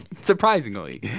Surprisingly